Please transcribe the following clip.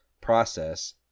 process